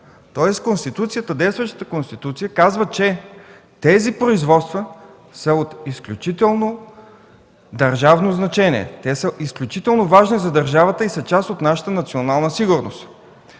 Тоест, действащата Конституция казва, че тези производства са от изключително държавно значение. Те са изключително важни за държавата и са част от нашата национална сигурност.